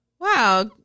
Wow